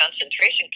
concentration